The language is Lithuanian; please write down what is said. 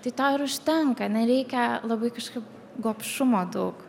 tai to ir užtenka nereikia labai kažkaip gobšumo daug